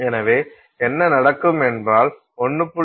எனவே என்ன நடக்கும் என்றால் 1